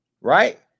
Right